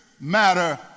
matter